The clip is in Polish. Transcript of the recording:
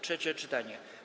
Trzecie czytanie.